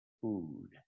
Food